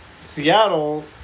Seattle